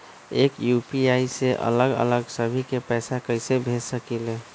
एक यू.पी.आई से अलग अलग सभी के पैसा कईसे भेज सकीले?